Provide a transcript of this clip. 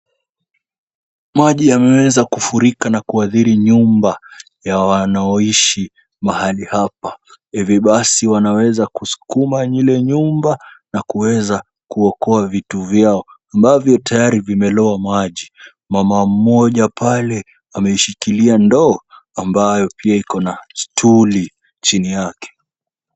Maji yameweza kufurika na kuathiri nyumba ya wanaoishi mahali hapa. Hivi basi wanaweza kusukuma ile nyumba na kuweza kuokoa vitu vyao ambavyo tayari vimeloa maji. Mama mmoja pale ameshikilia ndoo ambayo pia iko na stuli chini yake.